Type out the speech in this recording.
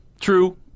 True